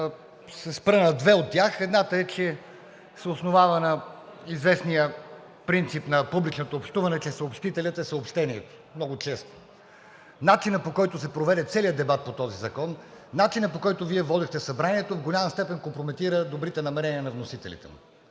се спра на две от тях. Едната е, че се основава на известния принцип на публичното общуване, че съобщителят е съобщението много често. Начинът, по който се проведе целият дебат по този закон, начинът, по който Вие водихте Събранието, в голяма степен компрометира добрите намерения на вносителите му